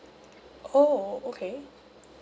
oh okay